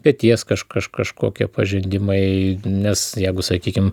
peties kaž kaž kažkokie pažeidimai nes jeigu sakykim